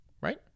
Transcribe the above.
right